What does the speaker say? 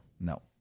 No